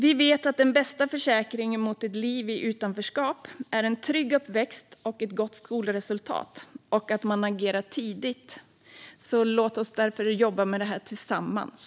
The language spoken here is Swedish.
Vi vet att den bästa försäkringen mot ett liv i utanförskap är en trygg uppväxt och ett gott skolresultat. Det krävs också att man agerar tidigt. Låt oss därför jobba med detta tillsammans!